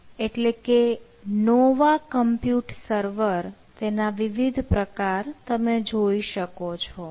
એટલે કે Nova compute server તેના વિવિધ પ્રકાર તમે જોઈ શકો છો